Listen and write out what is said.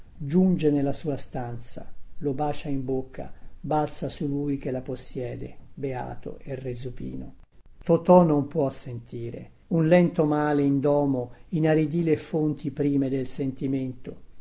giunge nella sua stanza lo bacia in bocca balza su lui che la possiede beato e resupino iv totò non può sentire un lento male indomo inaridì le fonti prime del sentimento